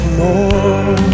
more